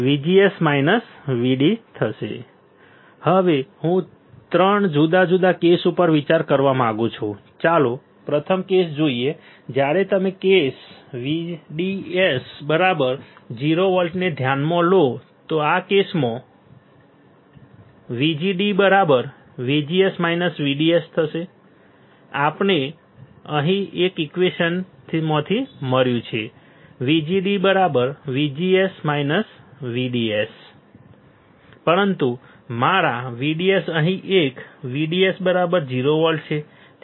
VGD VGS VDS હવે હું 3 જુદા જુદા કેસો ઉપર વિચાર કરવા માંગુ છું ચાલો પ્રથમ કેસ જોઈએ જ્યારે તમે કેસ VDS 0 વોલ્ટને ધ્યાનમાં લો આ કેસમાં VGD VGS VDS આપણને અહીં એક ઈક્વેશનમાંથી મળ્યું છે VGD VGS VDS પરંતુ મારા VDS અહીં એક VDS 0 વોલ્ટ છે